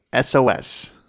SOS